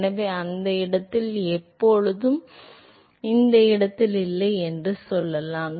எனவே இந்த இடத்தில் எப்போதும் இந்த இடத்தில் இல்லை என்று சொல்லலாம்